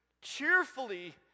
Cheerfully